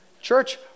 Church